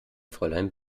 fräulein